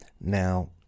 Now